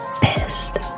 pissed